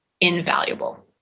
invaluable